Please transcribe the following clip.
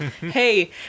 Hey